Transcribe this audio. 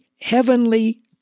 heavenly